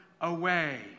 away